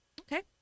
Okay